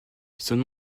son